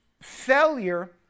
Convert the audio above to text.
failure